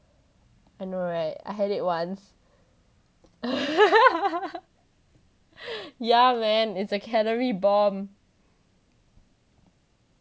I know right I had it once ya man it's a calorie bomb